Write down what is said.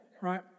right